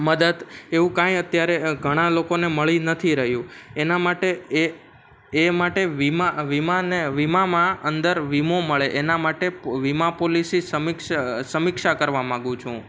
મદદ એવું કાંઈ અત્યારે ઘણા લોકોને મળી નથી રહ્યું એના માટે એ એ માટે વીમા વીમાને વીમામાં અંદર વીમો મળે એના માટે વીમા પોલિસી સીક્ષ સમીક્ષા કરવા માંગુ છું